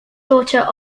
daughter